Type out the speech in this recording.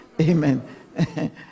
Amen